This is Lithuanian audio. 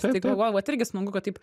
tai galvoju vat irgi smagu kad taip